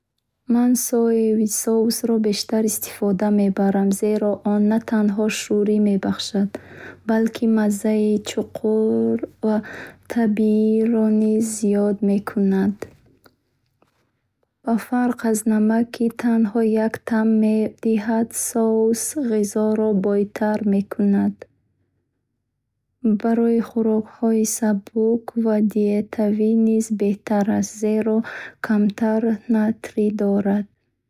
Ман соевии соусро бештар истифода мебарам, зеро он на танҳо шӯрӣ мебахшад, балки маззаи чуқур ва табииро низ зиёд мекунад. Ба фарқ аз намак, ки танҳо як таъм медиҳад, соус ғизоро бойтар мекунад. Барои хӯрокҳои сабук ва диетавӣ низ беҳтар аст, зеро камтар натрий дорад.